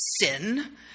sin